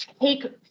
take